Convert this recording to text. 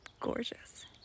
gorgeous